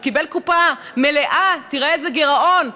קיבל קופה מלאה, תראה איזה גירעון.